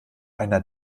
einer